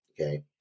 Okay